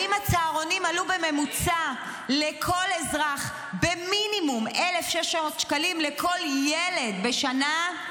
האם הצהרונים עלו בממוצע לכל אזרח במינימום 1,600 שקלים לכל ילד בשנה?